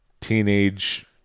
teenage